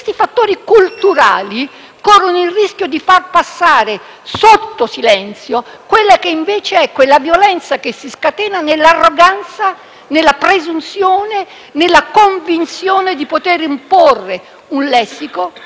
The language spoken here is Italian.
passare sotto silenzio quella che invece è la violenza che si scatena nell'arroganza, nella presunzione, nella convinzione di poter imporre un lessico, una scala di valori, un criterio di giudizio che